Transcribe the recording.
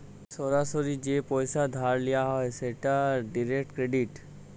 সরাসরি যে পইসা ধার লিয়া হ্যয় সেট ডিরেক্ট ক্রেডিট